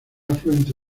afluente